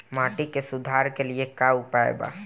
माटी के सुधार के लिए का उपाय बा?